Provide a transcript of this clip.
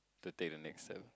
to take the next step